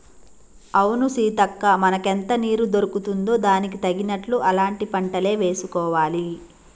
అవును సీతక్క మనకెంత నీరు దొరుకుతుందో దానికి తగినట్లు అలాంటి పంటలే వేసుకోవాలి